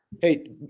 Hey